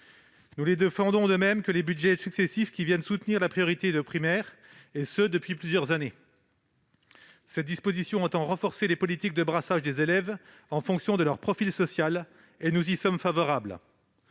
Nous les défendons, de même que les budgets successifs qui viennent soutenir la priorité accordée à l'enseignement primaire, et ce depuis plusieurs années. Cette disposition tend à renforcer les politiques de brassage des élèves en fonction de leur profil social et nous y sommes favorables.